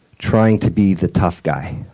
trying to be the tough guy,